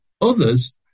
others